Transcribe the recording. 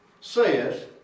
says